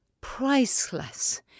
priceless